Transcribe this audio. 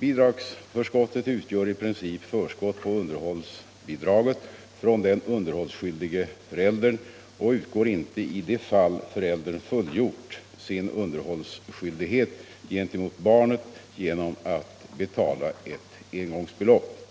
Bidragsförskottet utgör i princip förskott på underhållsbidraget från den underhållsskyldige föräldern och utgår inte i de fall föräldern fullgjort sin underhållsskyldighet gentemot barnet genom att betala ett engångsbelopp.